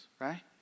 right